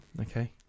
okay